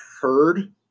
heard